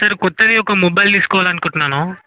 sir కొత్తది ఒక mobile తీసుకోవాలి అనుకుంటున్నాను